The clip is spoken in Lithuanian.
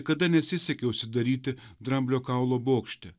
kada nesisekė užsidaryti dramblio kaulo bokšte